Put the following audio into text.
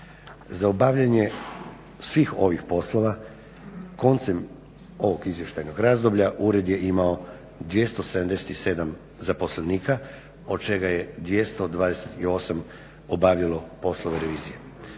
Za obavljanje svih ovih poslova koncem ovog izvještajnog razdoblja ured je imao 277 zaposlenika od čega je 228 obavilo poslove revizije.